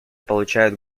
получают